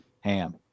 ham